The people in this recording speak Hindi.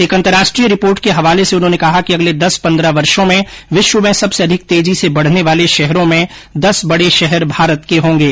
एक अन्तर्राष्ट्रीय रिपोर्ट के हवाले से उन्होंने कहा कि अगले दस पन्द्रह वर्षों में विश्व में सबसे अधिक तेजी से बढ़ने वाले शहरों में दस बड़े शहर भारत के होंगे